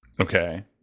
Okay